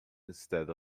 instead